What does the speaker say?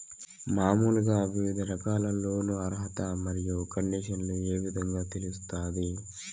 మామూలుగా వివిధ రకాల లోను అర్హత మరియు కండిషన్లు ఏ విధంగా తెలుస్తాది?